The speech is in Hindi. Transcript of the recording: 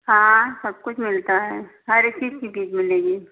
हाँ सब कुछ मिलता है हर एक चीज की बीज मिलेगी